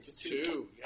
Two